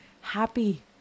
happy